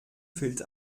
fällt